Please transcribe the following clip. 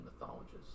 mythologists